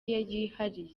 yihariye